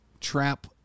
trap